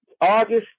August